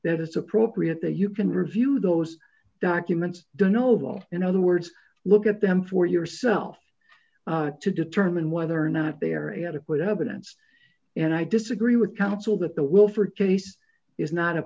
that it's appropriate that you can review those documents don't know why in other words look at them for yourself to determine whether or not they're adequate evidence and i disagree with counsel that the wilford case is not a